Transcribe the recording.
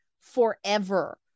forever